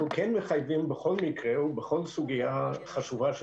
אנחנו כן מחייבים בכל מקרה ובכל סוגיה חשובה של